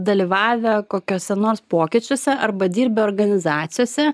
dalyvavę kokiose nors pokyčiuose arba dirbę organizacijose